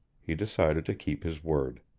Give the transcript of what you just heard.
he decided to keep his word.